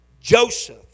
Joseph